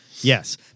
Yes